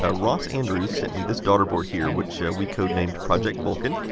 ah ross andrews sent me this daughter board here which yeah we code named project vulcan.